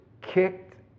kicked